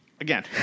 again